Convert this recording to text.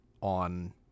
on